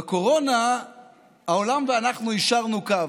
בקורונה העולם ואנחנו יישרנו קו.